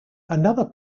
another